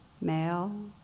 male